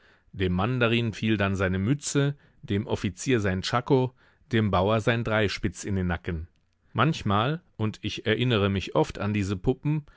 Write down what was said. dem mandarin fiel dann seine mütze dem offizier sein tschako dem bauer sein dreispitz in den nacken manchmal und ich erinnere mich oft an diese puppen